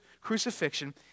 crucifixion